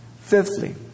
Fifthly